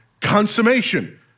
Consummation